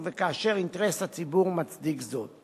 וכאשר אינטרס הציבור מצדיק זאת.